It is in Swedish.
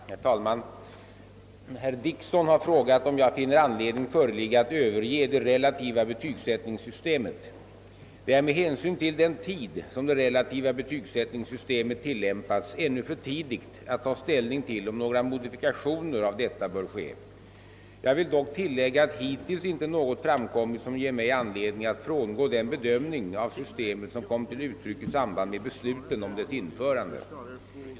Herr talman! Herr Dickson har frågat, om jag finner anledning föreligga att överge det relativa betygsättningssystemet. Det är med hänsyn till den tid som det relativa betygsättningssystemet tilllämpats ännu för tidigt att ta ställning till om några modifikationer av detta bör ske. Jag vill dock tillägga att hittills inte något framkommit som ger mig anledning att frångå den bedömning av systemet som kom till uttryck i samband med besluten om dess införande.